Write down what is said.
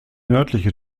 nördliche